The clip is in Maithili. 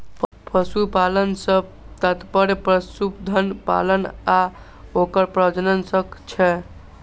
पशुपालन सं तात्पर्य पशुधन पालन आ ओकर प्रजनन सं छै